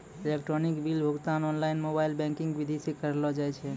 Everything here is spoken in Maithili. इलेक्ट्रॉनिक बिल भुगतान ओनलाइन मोबाइल बैंकिंग विधि से करलो जाय छै